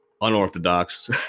unorthodox